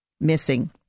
missing